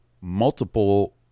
multiple